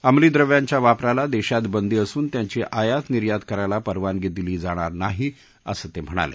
अंमली द्रव्यांच्या वापराला देशात बंदी असून त्यांची आयात निर्यात करायला परवानगी दिली जाणार नाही असं ते म्हणाले